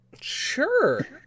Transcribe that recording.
Sure